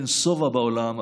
תן שובע בעולם.